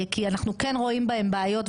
כי אנחנו כן רואים בהם בעיות,